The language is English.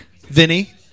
Vinny